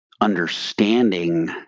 understanding